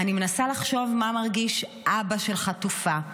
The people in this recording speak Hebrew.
אני מנסה לחשוב מה מרגיש אבא של חטופה.